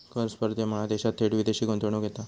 कर स्पर्धेमुळा देशात थेट विदेशी गुंतवणूक येता